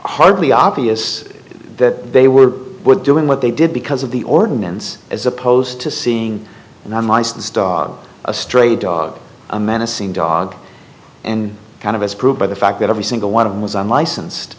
hardly obvious that they were were doing what they did because of the ordinance as opposed to seeing an unlicensed dog a stray dog a menacing dog and kind of as proved by the fact that every single one of them was unlicensed